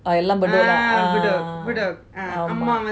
எல்லாம்:ellam bedok lah ah ah